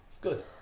Good